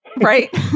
Right